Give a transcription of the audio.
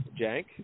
Jank